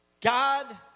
God